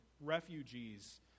refugees